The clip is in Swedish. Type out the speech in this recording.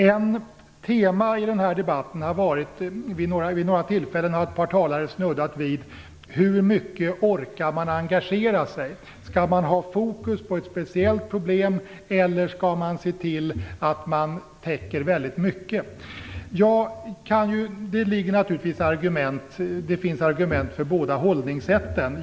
Ett tema i denna debatt har varit - vid några tillfällen har nämligen ett par talare snuddat vid detta: Hur mycket orkar man engagera sig - skall man ha fokus på ett speciellt problem eller skall man se till att väldigt mycket täcks? Det finns argument för båda hållningssätten.